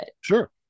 Sure